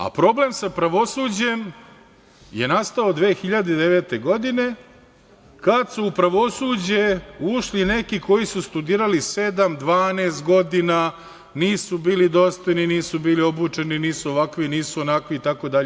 A problem sa pravosuđem je nastao 2009. godine, kad su u pravosuđe ušli neki koji su studirali sedam, 12 godina, nisu bili dostojni, nisu bili obučeni, nisu ovakvi, nisu onakvi itd.